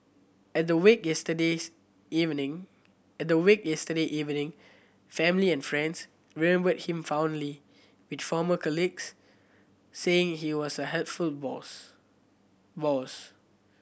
at the wake yesterdays evening at the wake yesterday evening family and friends remembered him fondly with former colleagues saying he was a helpful boss